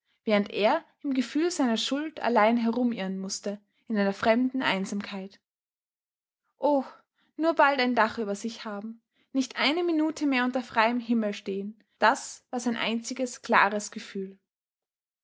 während er im gefühl seiner schuld allein herumirren mußte in einer fremden einsamkeit oh nur bald ein dach über sich haben nicht eine minute mehr unter freiem fremden himmel stehen das war sein einziges klares gefühl